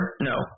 No